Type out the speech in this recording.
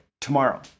tomorrow